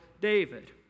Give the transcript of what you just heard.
David